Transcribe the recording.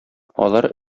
алар